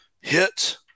hit –